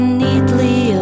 neatly